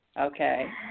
okay